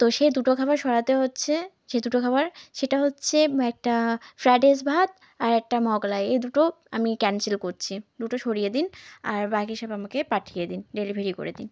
তো সে দুটো খাবার সরাতে হচ্ছে সে দুটো খাবার সেটা হচ্ছে একটা ফ্রায়েড রাইস ভাত আর একটা মোগলাই এই দুটো আমি ক্যান্সেল করছি দুটো সরিয়ে দিন আর বাকি সব আমাকে পাঠিয়ে দিন ডেলিভারি করে দিন